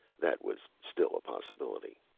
that was still a possibility.